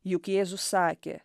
juk jėzus sakė